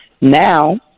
Now